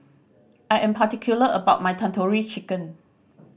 I am particular about my Tandoori Chicken